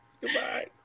Goodbye